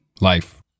life